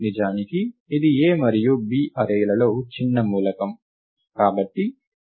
నిజానికి ఇది A మరియు B అర్రే లలో చిన్న మూలకం